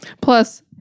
Plus